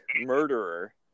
murderer